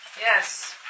Yes